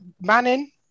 Manning